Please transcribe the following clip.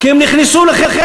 למה?